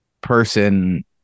person